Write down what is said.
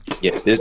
Yes